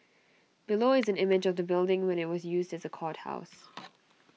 below is an image of the building when IT was used as A courthouse